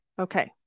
Okay